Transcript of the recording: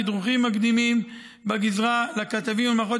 תדרוכים מקדימים בגזרה לכתבים ממערכות